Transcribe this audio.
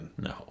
No